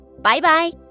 Bye-bye